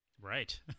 Right